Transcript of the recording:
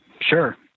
Sure